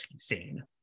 scene